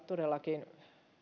todellakin